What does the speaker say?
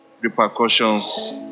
repercussions